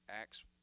acts